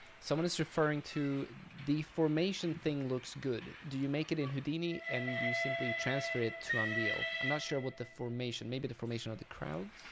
someone is referring to the formation thing looks good. do you make it in houdini and do you simply transfer it to unreal? i'm not sure what the formation maybe the formation the crowds?